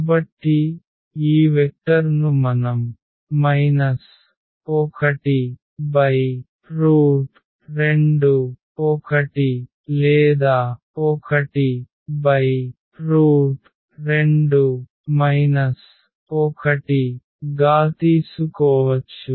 కాబట్టి ఈ వెక్టర్ ను మనం 12 1 లేదా 12 1 గా తీసుకోవచ్చు